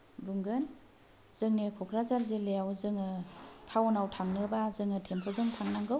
बुंगोन जोंनि क'क्राझार जिल्लायाव जोङो टाउनआव थांनोबा जोङो थिमफुजों थांनांगौ